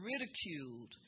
ridiculed